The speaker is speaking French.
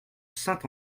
saint